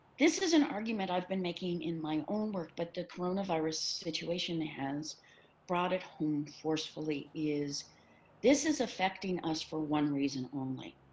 this is an argument i've been making in my own work, but the coronavirus situation has brought it home forcefully is this is affecting us for one reason only.